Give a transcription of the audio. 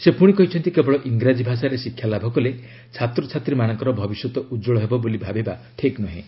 ସେ ପୁଣି କହିଛନ୍ତି କେବଳ ଇଙ୍ଗ୍ରାଜୀ ଭାଷାରେ ଶିକ୍ଷା ଲାଭ କଲେ ଛାତ୍ରଛାତ୍ରୀମାନଙ୍କର ଭବିଷ୍ୟତ ଉତ୍କଳ ହେବ ବୋଲି ଭାବିବା ଠିକ୍ ନୁହେଁ